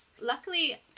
luckily